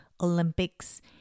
Olympics